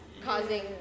Causing